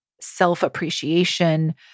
self-appreciation